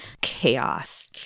Chaos